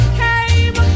came